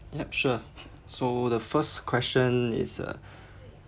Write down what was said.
yup sure so the first question is uh